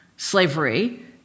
Slavery